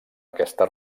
aquesta